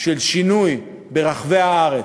של שינוי, ברחבי הארץ,